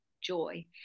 joy